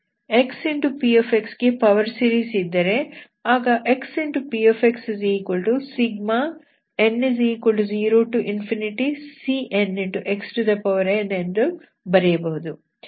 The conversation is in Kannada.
xpx ಗೆ ಪವರ್ ಸೀರೀಸ್ ಇದ್ದರೆ ಆಗ xpxn0cnxn ಎಂದು ಬರೆಯಬಹುದು